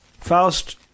Faust